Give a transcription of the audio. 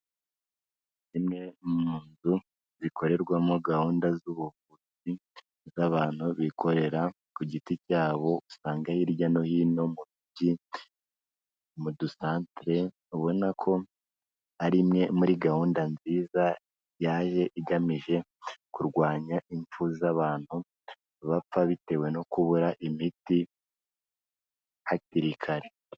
Zimwe mu nzu zikorerwamo gahunda z'ubuvuzi, z'abantu bikorera ku giti cyabo, usanga hirya no hino mu mijyi, mu dusantire, ubona ko ari imwe muri gahunda nziza, yaje igamije kurwanya impfu z'abantu, bapfa bitewe no kubura imiti, hakiri kare.